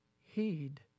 heed